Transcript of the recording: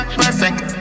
perfect